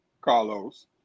Carlos